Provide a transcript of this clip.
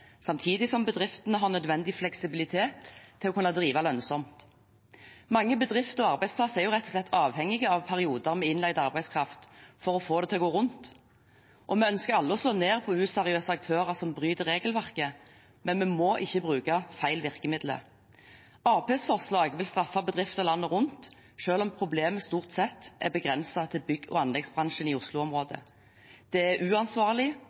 samtidig som bedriftene har nødvendig fleksibilitet til å kunne drive lønnsomt. Mange bedrifter og arbeidsplasser er rett og slett avhengige av perioder med innleid arbeidskraft for å få det til å gå rundt. Vi ønsker alle å slå ned på useriøse aktører som bryter regelverket, men vi må ikke bruke feil virkemidler. Arbeiderpartiets forslag vil straffe bedrifter landet rundt selv om problemet stort sett er begrenset til bygg- og anleggsbransjen i Oslo-området. Det er uansvarlig,